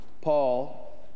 Paul